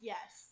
Yes